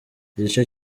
igice